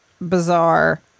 bizarre